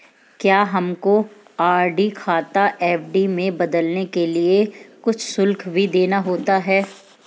क्या हमको आर.डी खाता एफ.डी में बदलने के लिए कुछ शुल्क भी देना होता है?